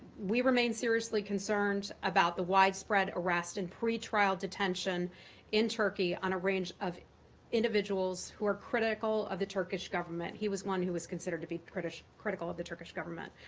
we remain seriously concerned about the widespread arrest and pre-trial detention in turkey on a range of individuals who are critical of the turkish government. he was one who was considered to be critical of the turkish government.